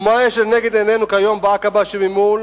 ומה יש לנגד עינינו היום בעקבה שממול?